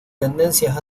tendencias